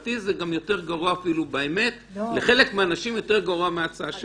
ולהערכתי זה גם יותר לחלק מהאנשים מההצעה שלהם.